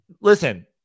Listen